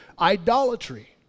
Idolatry